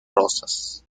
rosas